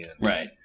Right